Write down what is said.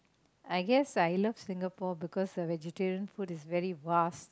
I guess I love Singapore because uh vegetarian food is very vast